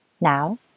Now